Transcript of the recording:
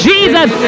Jesus